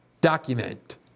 document